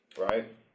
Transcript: Right